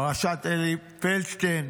פרשת אלי פלדשטיין,